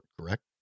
correct